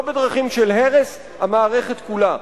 לא בדרכים של הרס המערכת כולה.